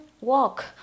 walk